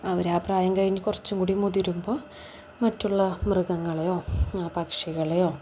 അവരാ പ്രായം കഴിഞ്ഞ് കുറച്ചും കൂടി മുതിരുമ്പോൾ മറ്റുള്ള മൃഗങ്ങളെയോ പക്ഷികളെയോ